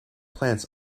plants